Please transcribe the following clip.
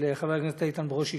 של חבר הכנסת איתן ברושי,